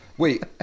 Wait